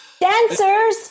Dancers